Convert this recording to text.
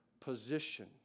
position